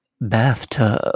BATHTUB